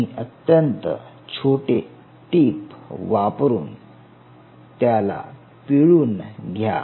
तुम्ही अत्यंत छोटे टीप वापरून त्याला पीळून घ्या